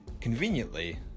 conveniently